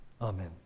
Amen